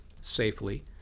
safely